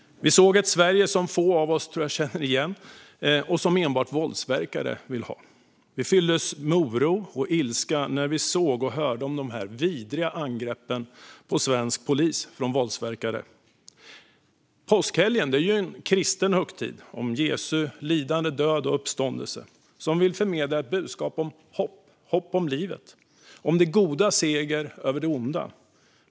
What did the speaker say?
Vi såg ett Sverige som jag tror att få av oss känner igen och som enbart våldsverkare vill ha. Vi fylldes med oro och ilska när vi såg och hörde om dessa vidriga angrepp på svensk polis av våldsverkare. Påskhelgen är ju en kristen högtid som handlar om Jesu lidande, död och uppståndelse och som vill förmedla ett budskap om hopp - hopp om livet och om det godas seger över det onda.